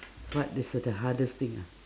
what is the hardest thing ah